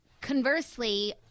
conversely